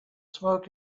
smoke